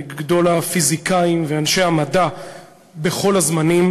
גדול הפיזיקאים ואנשי המדע בכל הזמנים.